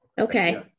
Okay